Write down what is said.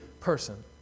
person